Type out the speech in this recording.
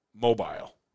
mobile